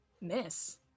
Miss